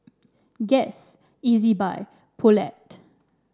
Guess Ezbuy and Poulet